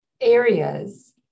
areas